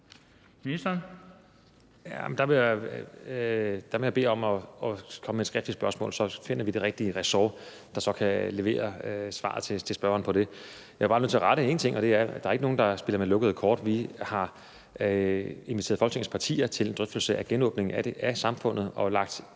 må jeg bede om, at man stiller spørgsmålet skriftligt, og så finder vi den rigtige ressortminister, der så kan levere svaret til spørgeren. Jeg er bare nødt til at rette én ting, og det er, at der ikke er nogen, der spiller med lukkede kort. Vi har inviteret Folketingets partier til en drøftelse af genåbningen af samfundet og lagt en